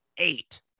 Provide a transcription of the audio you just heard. eight